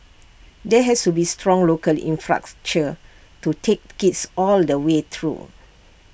there has to be A strong local infrastructure to take kids all the way through